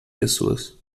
pessoas